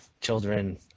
children